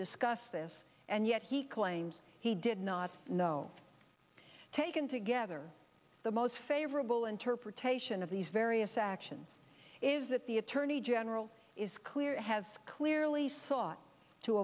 discuss this and yet he claims he did not know taken together the most favorable interpretation of these various actions is that the attorney general is clear have clearly s